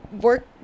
work